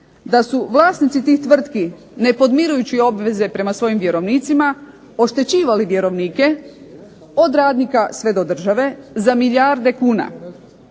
da su vlasnici tih tvrtki ne podmirujući obveze prema svojim vjerovnicima oštećivali vjerovnike, od radnika sve do države za milijarde kuna,